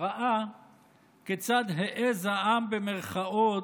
ראה כיצד העז העם, במירכאות,